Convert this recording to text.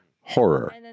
horror